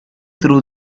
through